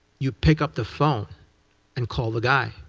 you pick up the phone and call the guy.